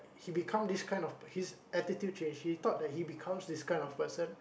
he become this kind of his attitude change he thought that he become this kid of person